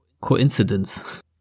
coincidence